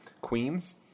Queens